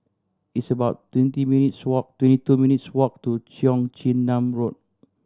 it's about twenty minutes' walk twenty two minutes' walk to Cheong Chin Nam Road